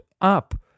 up